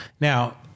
Now